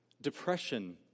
depression